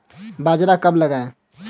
बाजरा कब लगाएँ?